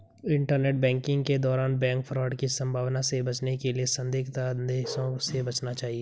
internet banking के दौरान bank fraud की संभावना से बचने के लिए संदिग्ध संदेशों से बचना चाहिए